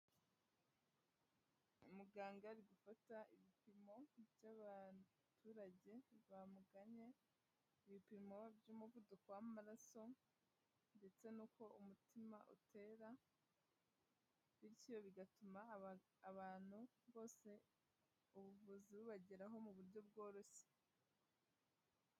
Umuganga uri gufata ibipimo by'abaturage bamugannye, ibipimo by'umuvuduko w'amaraso ndetse n'uko umutima utera, bityo bigatuma abantu bose, ubuvuzi bubageraho mu buryo bworoshye.